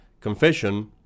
confession